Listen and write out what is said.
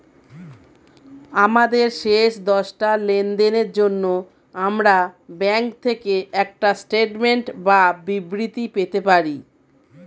আমাদের শেষ দশটা লেনদেনের জন্য আমরা ব্যাংক থেকে একটা স্টেটমেন্ট বা বিবৃতি পেতে পারি